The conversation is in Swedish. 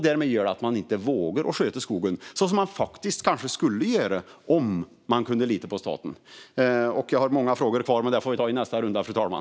Därför vågar de inte sköta skogen så som de skulle göra om de kunde lita på staten.